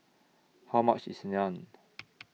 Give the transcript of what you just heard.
How much IS Naan